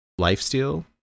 lifesteal